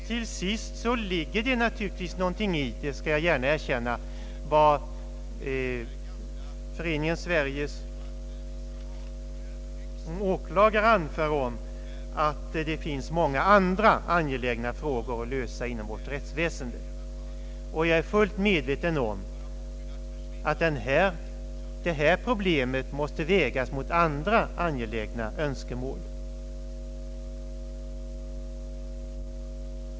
Till sist ligger det någonting i — det skall jag gärna erkänna — vad Föreningen Sveriges åklagare anför om att det finns många andra angelägna frågor att lösa inom vårt rättsväsende. Jag är fullt medveten om att det nu aktuella problemet måste vägas mot andra angelägna önskemål.